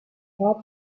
pat